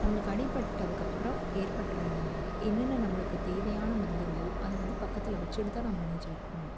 நம்மளுக்கு அடிப்பட்டதுக்கப்புறம் ஏற்படுற என்னென்ன நம்மளுக்குத் தேவையான மருந்துகளோ அது வந்து பக்கத்தில் வச்சிட்டு தான் நம்ம நீச்சலுக்குப் போகணும்